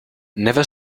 never